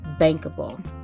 bankable